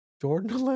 Jordan